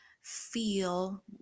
feel